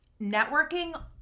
networking